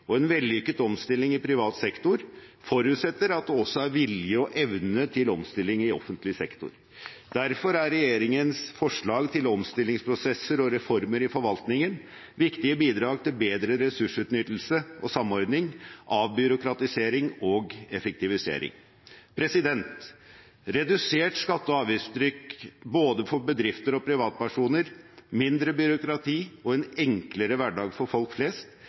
og en vellykket omstilling i privat sektor forutsetter at det også er vilje og evne til omstilling i offentlig sektor. Derfor er regjeringens forslag til omstillingsprosesser og reformer i forvaltningen viktige bidrag til bedre ressursutnyttelse og samordning, avbyråkratisering og effektivisering. Redusert skatte- og avgiftstrykk både for bedrifter og for privatpersoner, mindre byråkrati og en enklere hverdag for folk flest